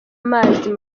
amazi